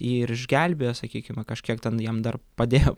jį ir išgelbėjo sakykime kažkiek ten jam dar padėjo